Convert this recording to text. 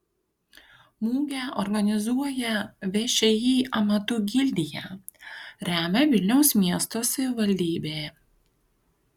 mugę organizuoja všį amatų gildija remia vilniaus miesto savivaldybė